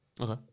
Okay